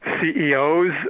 CEOs